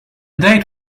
date